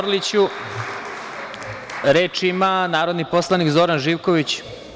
Reč ima narodni poslanik Zoran Živković.